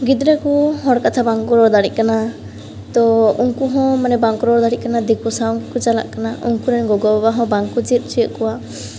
ᱜᱤᱫᱽᱨᱟᱹ ᱠᱚ ᱦᱚᱲ ᱠᱟᱛᱷᱟ ᱵᱟᱝᱠᱚ ᱨᱚᱲ ᱫᱟᱲᱮᱜ ᱠᱟᱱᱟ ᱛᱚ ᱩᱱᱠᱚ ᱦᱚᱸ ᱵᱟᱝᱠᱚ ᱨᱚᱲ ᱫᱟᱲᱮᱜ ᱠᱟᱱᱟ ᱫᱤᱠᱩ ᱥᱟᱶᱜᱮ ᱠᱚ ᱪᱟᱞᱟᱜ ᱠᱟᱱᱟ ᱩᱱᱠᱚᱨᱮᱱ ᱜᱚᱜᱚᱼᱵᱟᱵᱟ ᱦᱚᱸ ᱵᱟᱝᱠᱚ ᱪᱮᱫ ᱚᱪᱚᱭᱮᱫ ᱠᱚᱣᱟ